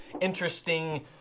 interesting